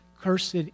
cursed